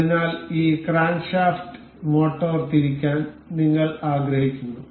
അതിനാൽ ഈ crankshaft motor തിരിക്കാൻ നിങ്ങൾ ആഗ്രഹിക്കുന്നു